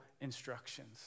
instructions